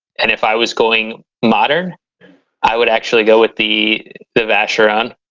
and if i was going modern i would actually go with the the vacheron